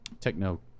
techno